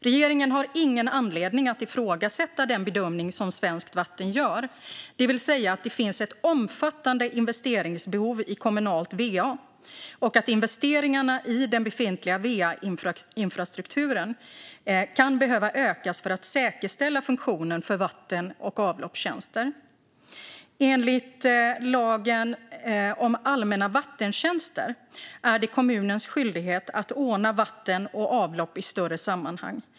Regeringen har ingen anledning att ifrågasätta den bedömning som Svenskt Vatten gör, det vill säga att det finns ett omfattande investeringsbehov i kommunalt va och att investeringarna i den befintliga va-infrastrukturen kan behöva ökas för att säkerställa funktionen för vatten och avloppstjänster. Enligt lagen om allmänna vattentjänster är det kommunens skyldighet att ordna vatten och avlopp i ett större sammanhang.